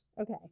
okay